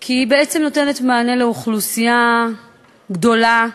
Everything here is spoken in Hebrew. כי היא בעצם נותנת מענה לאוכלוסייה גדולה ומוחלשת.